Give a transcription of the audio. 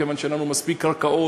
מכיוון שאין לנו מספיק קרקעות,